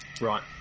Right